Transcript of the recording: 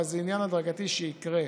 אבל זה עניין הדרגתי שיקרה.